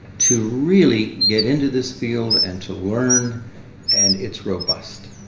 to really get into this field and to learn and it's robust.